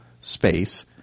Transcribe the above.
space